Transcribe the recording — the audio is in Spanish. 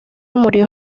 murió